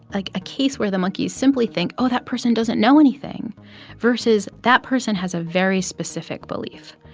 like, a case where the monkeys simply think oh, that person doesn't know anything versus that person has a very specific belief.